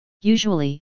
Usually